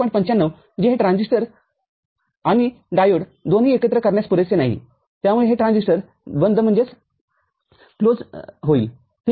९५ जे हे ट्रान्झिस्टर आणि डायोड दोन्ही एकत्र चालविण्यास पुरेसे नाहीत्यामुळे हे ट्रान्झिस्टर बंद होईल ठीक आहे